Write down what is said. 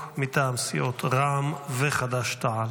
האי-אמון מטעם סיעות רע"מ וחד"ש-תע"ל.